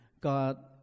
God